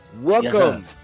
welcome